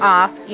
off